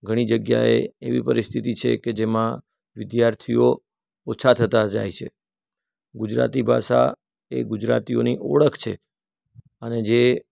ઘણી જગ્યાએ એવી પરીસ્થિતિ છે કે જેમા વિદ્યાર્થીઓ ઓછા થતા જાય છે ગુજરાતી ભાષા એ ગુજરાતીઓની ઓળખ છે અને જે